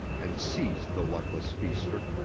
and seized the luckless feaster.